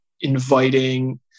inviting